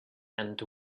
and